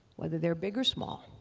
whether they're big or small,